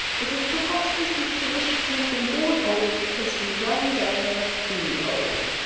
is as preposterous as to wish to have been born old, because we one day must be old.